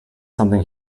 something